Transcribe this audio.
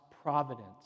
providence